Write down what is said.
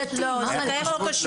גם במלונות ובכל מוקד הפעלה אחר,